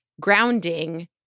grounding